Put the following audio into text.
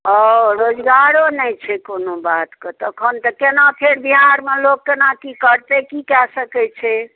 ओ रोजगारो नहि छै कोनो बातके तखन तऽ केना फेर बिहारमे लोक केना की करतै की कए सकैत छै